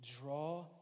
draw